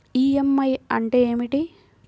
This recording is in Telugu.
ఈ.ఎం.ఐ అంటే ఏమిటి?